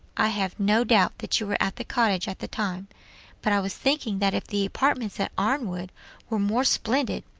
i have no doubt that you were at the cottage at the time but i was thinking that if the apartments at arnwood were more splendid,